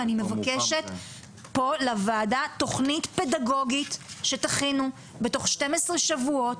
ואני מבקשת פה לוועדה תכנית פדגוגית שתכינו תוך 12 שבועות.